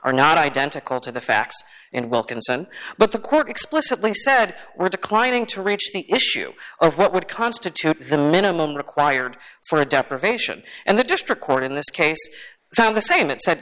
are not identical to the facts in wilkinson but the court explicitly said we're declining to reach the issue of what would constitute the minimum required for a deprivation and the district court in this case found the same it said